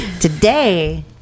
Today